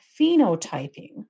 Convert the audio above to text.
phenotyping